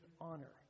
honor